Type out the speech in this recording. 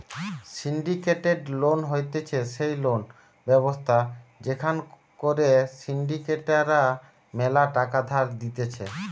syndicated loan হতিছে সেই loan ব্যবস্থা যেখান করে সিন্ডিকেট রা ম্যালা টাকা ধার দিতেছে